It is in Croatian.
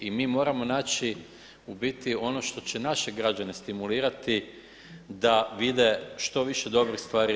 I mi moramo naći u biti ono što će naše građane stimulirati da vide što više dobrih stvari EU.